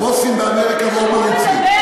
הבוסים באמריקה מאוד מרוצים עכשיו.